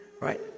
right